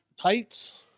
tights